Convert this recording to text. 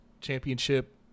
championship